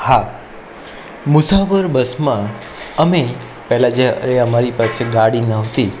હા મુસાફર બસમાં અમે પહેલાં જ્યારે અમારી પાસે ગાડી નહોતી